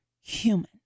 human